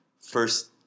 first